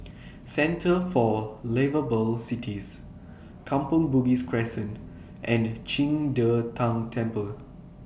Centre For Liveable Cities Kampong Bugis Crescent and Qing De Tang Temple